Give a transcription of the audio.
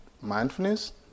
mindfulness